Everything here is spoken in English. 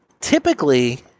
typically